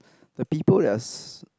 the people that are s~